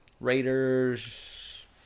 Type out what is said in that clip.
Raiders